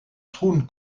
schoen